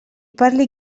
parli